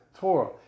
Torah